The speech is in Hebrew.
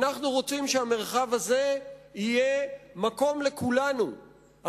אנחנו רוצים שהמרחב הזה יהיה מקום לכולנו,